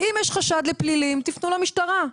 אם יש חשד לפלילים תפנו למשטרה,